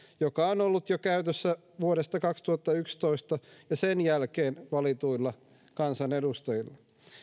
joka on ollut käytössä jo vuodesta kaksituhattayksitoista ja sen jälkeen valituilla kansanedustajilla